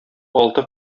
алты